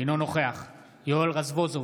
אינו נוכח יואל רזבוזוב,